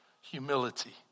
Humility